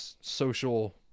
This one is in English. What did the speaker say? social